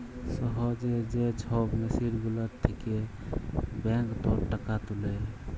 সহজে যে ছব মেসিল গুলার থ্যাকে ব্যাংকটর টাকা তুলে